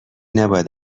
نباید